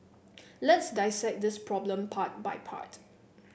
let's dissect this problem part by part